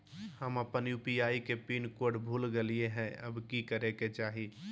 हम अपन यू.पी.आई के पिन कोड भूल गेलिये हई, अब की करे के चाही?